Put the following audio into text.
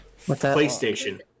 PlayStation